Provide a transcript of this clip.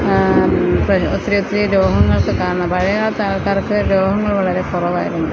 ഒത്തിരി ഒത്തിരി രോഗങ്ങൾക്ക് കാരണം പഴയകാലത്തെ ആൾക്കാർക്ക് രോഗങ്ങൾ വളരെ കുറവായിരുന്നു